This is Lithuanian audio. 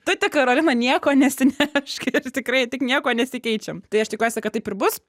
tu tik karolina nieko nesinešk ir tikrai tik niekuo nesikeičiam tai aš tikiuosi kad taip ir bus